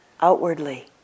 outwardly